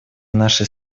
нашей